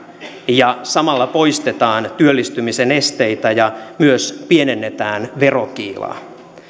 ja samalla poistetaan työllistymisen esteitä ja myös pienennetään verokiilaa